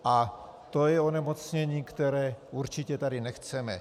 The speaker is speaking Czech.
A to je onemocnění, které určitě tady nechceme.